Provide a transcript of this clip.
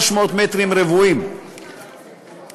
300 מטרים רבועים לפחות,